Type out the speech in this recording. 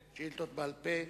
בעל-פה,